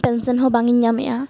pension ᱦᱚᱸ ᱵᱟᱝ ᱤᱧ ᱧᱟᱢᱮᱫᱼᱟ